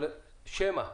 אבל שמא,